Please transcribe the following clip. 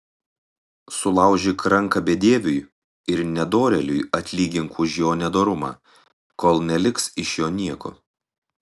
sulaužyk ranką bedieviui ir nedorėliui atlygink už jo nedorumą kol neliks iš jo nieko